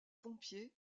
pompiers